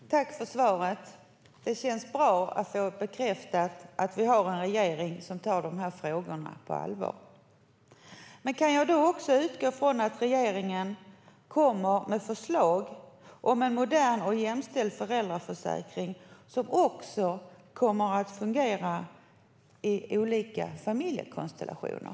Fru talman! Tack för svaret! Det känns bra att få bekräftat att vi har en regering som tar de här frågorna på allvar. Kan jag då också utgå från att regeringen kommer med förslag om en modern och jämställd föräldraförsäkring som kommer att fungera i olika familjekonstellationer?